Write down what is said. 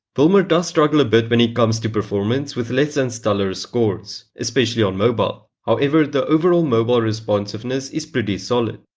wilmer does struggle a bit when it comes to performance with less than and stellar scores, especially on mobile. however, the overall mobile responsiveness is pretty solid.